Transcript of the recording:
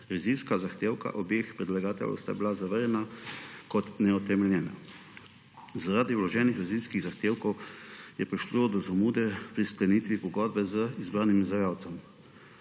Revizijska zahtevka obeh predlagateljev sta bila zavrnjena kot neutemeljena. Zaradi vloženih revizijskih zahtevkov je prišlo do zamude pri sklenitvi pogodbe z izbranim izvajalcem,